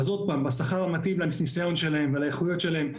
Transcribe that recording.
אז שוב, בשכר המתאים לניסיון ולאיכות שלהם,